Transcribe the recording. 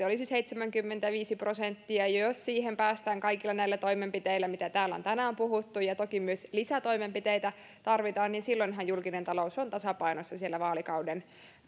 olisi seitsemänkymmentäviisi prosenttia ja jos siihen päästään kaikilla näillä toimenpiteillä mistä täällä on tänään puhuttu ja toki myös lisätoimenpiteitä tarvitaan niin silloinhan julkinen talous on tasapainossa vaalikauden